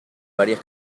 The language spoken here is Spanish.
varias